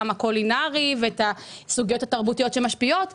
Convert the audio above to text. הקולינרי שלהן וסוגיות תרבותיות שמשפיעות בנושא.